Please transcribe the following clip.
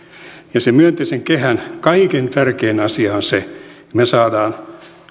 ja se myönteisen kehän kaikkein tärkein asia on se että me saamme